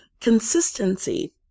consistency